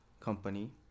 company